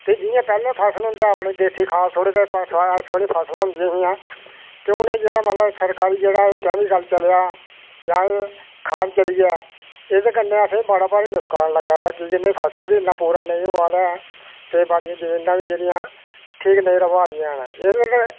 ते जि'यां पैह्लें फसल होंदा हा अपना देसी खाद सु'टदे हे आखदे हे भाई सुनी फसल होंदियां ही ते हून ऐ जेह्ड़ा मतलब सरकारी जेह्ड़ा ऐ कैमिकल चलेआ ऐ जां ऐ खाद चली ऐ एह्दे कन्नै असें गी बडा भारी नुक्सान लगा दा कि फसल बी इन्ना नेईं होआ दा ऐ ते बाड़िया जमीना बी जेह्ड़ियां ठीक नेईं र'वै दियां निं ऐन